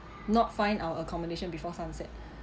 not find our accommodation before sunset